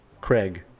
Craig